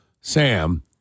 Sam